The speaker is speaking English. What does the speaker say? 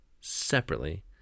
separately